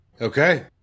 Okay